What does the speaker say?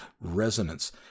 resonance